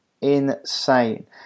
insane